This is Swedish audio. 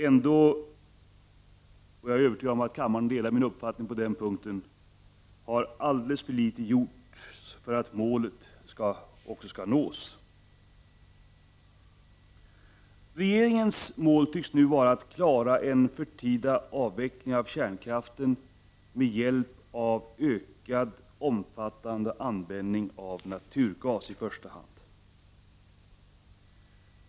Ändå, och jag är övertygad om att kammaren delar min uppfattning på den punkten, har alldeles för litet gjorts för att målet också skall nås. Regeringens mål tycks nu vara att klara en förtida avveckling av kärnkraften med hjälp av ökad och omfattande användning av i första hand naturgas.